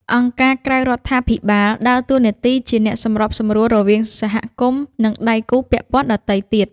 អង្គការក្រៅរដ្ឋាភិបាល ដើរតួនាទីជាអ្នកសម្របសម្រួលរវាងសហគមន៍និងដៃគូពាក់ព័ន្ធដទៃទៀត។